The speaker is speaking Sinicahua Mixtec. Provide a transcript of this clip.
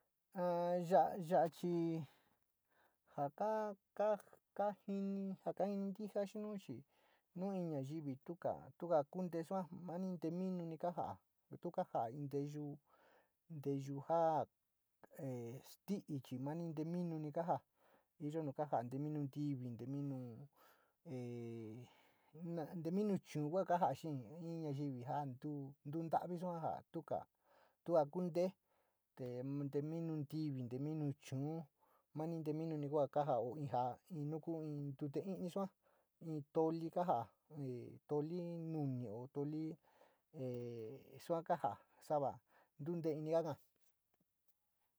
A ya ya chi ja ka ka, kajini ntija xi nu chii nu in nayivi tu, tu ka kuntee sua in te minuni kaja´a, tu kaja in teyu, nteyuu jaa e ti´i chi nani nte minuni ka ja´a, iyo nu kaja´a in te minuti, ntee mino chuu kua kajai, xii in nayiru ja nuu ntau saa o to ka kua kuntuu, te nte minu’nti, nuu te, mo sa, te nte minu kajoo jo in nu ku in tute pii’ sua, in tali kajaa, toli nuni o toliee sua kajaa sava, ntu tee ini kaka.